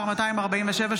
מס' 247),